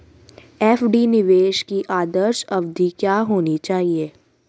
FD निवेश की आदर्श अवधि क्या होनी चाहिए?